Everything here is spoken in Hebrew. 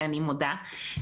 ואני מודה,